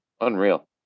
Unreal